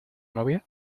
novia